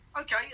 okay